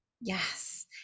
Yes